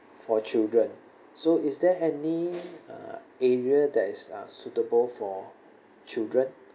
for children so is there any uh area that is uh suitable for children